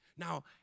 Now